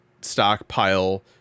stockpile